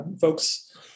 Folks